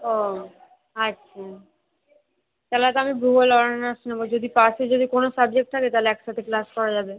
ও আচ্ছা তাহলে তো আমি ভূগোল অনার্স নেবো যদি পাসে যদি কোনো সাবজেক্ট থাকে তাহলে একসাথে ক্লাস করা যাবে